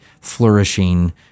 flourishing